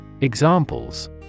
Examples